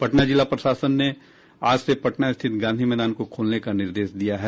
पटना जिला प्रशासन ने आज से पटना स्थित गांधी मैदान को खोलने का निर्देश दिया है